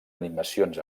animacions